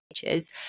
pictures